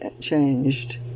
changed